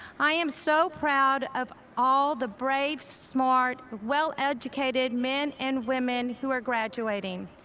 i am so proud of all the brave, smart, well-educated men and women who are graduating.